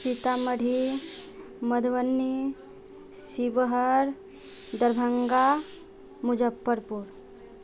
Sitamarhi Madhubani Sheohar Darbhanga Muzaffarpur